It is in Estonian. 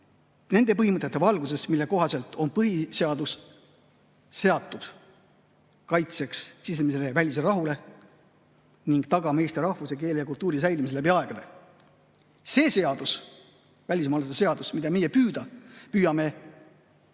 nende põhimõtete valguses, mille kohaselt on põhiseadus seatud kaitseks sisemisele ja välisele rahule ning peab tagama eesti rahvuse, keele ja kultuuri säilimise läbi aegade. See seadus, välismaalaste seadus, mida meie püüame isegi